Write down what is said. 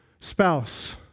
spouse